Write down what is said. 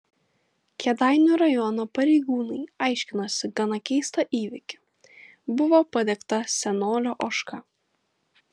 kėdainių rajono pareigūnai aiškinosi gana keistą įvykį buvo padegta senolio ožka